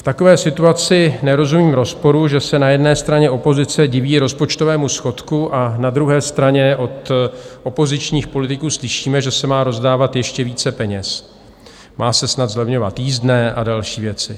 V takové situaci nerozumím rozporu, že se na jedné straně opozice diví rozpočtovému schodku a na druhé straně od opozičních politiků slyšíme, že se má rozdávat ještě více peněz, má se snad zlevňovat jízdné a další věci.